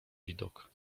widok